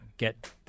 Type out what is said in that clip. get